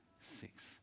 six